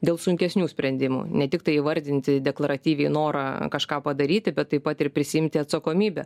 dėl sunkesnių sprendimų ne tiktai įvardinti deklaratyviai norą kažką padaryti bet taip pat ir prisiimti atsakomybę